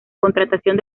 contratación